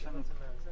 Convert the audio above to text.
מטעין את המטענים,